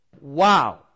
Wow